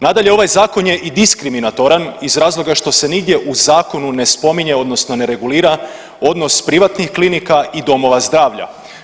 Nadalje, ovaj zakon je i diskriminatoran iz razloga što se nigdje u zakonu ne spominje odnosno ne regulira odnos privatnih klinika i domova zdravlja.